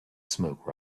smoke